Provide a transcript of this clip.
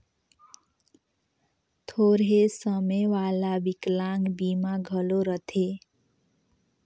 थोरहें समे वाला बिकलांग बीमा घलो रथें